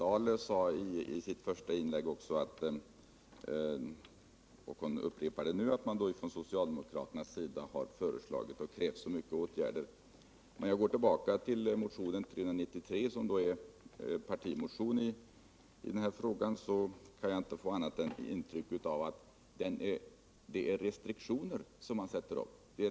Herr talman! Birgitta Dahl sade i sitt första inlägg och upprepade det nu, att man från socialdemokraternas sida har föreslagit många åtgärder och krävt at de skulle vidtas. Men om jag läser den socialdemokratiska motionen 393. som är en partimotion, kan jag inte få annat intryck än att det är restriktioner mor energisparandet som där föreslås.